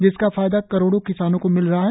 जिसका फायदा करोड़ों किसानों को मिल रहा है